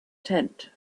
tent